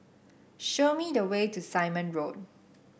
show me the way to Simon Road